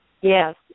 Yes